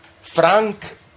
Frank